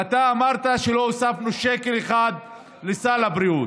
ואתה אמרת שלא הוספנו שקל אחד לסל הבריאות.